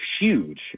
huge